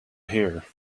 here